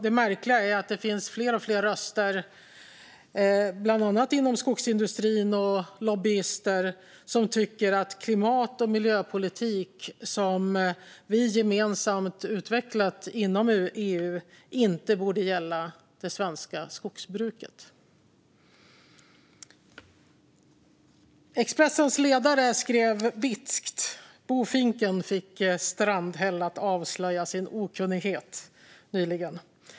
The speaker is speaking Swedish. Det märkliga är att det finns allt fler bland annat inom skogsindustrin och lobbyister som tycker att den klimat och miljöpolitik som vi gemensamt utvecklat inom EU inte borde gälla det svenska skogsbruket. Expressen skrev nyligen bitskt i sin ledare: "Bofinken fick Strandhäll att avslöja sin okunnighet."